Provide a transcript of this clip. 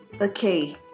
Okay